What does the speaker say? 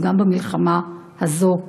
וגם במלחמה הזאת,